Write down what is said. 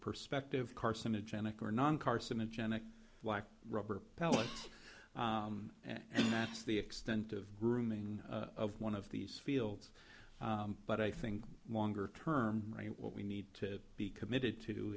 perspective carcinogenic or non carcinogenic black rubber pellets and that's the extent of grooming of one of these fields but i think longer term right what we need to be committed to